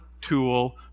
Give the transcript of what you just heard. tool